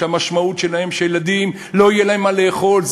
שהמשמעות שלו היא שהילדים לא יהיה להם מה לאכול,